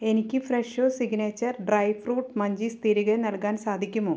എനിക്ക് Fresho signature dry fruit munchies തിരികെ നൽകാൻ സാധിക്കുമോ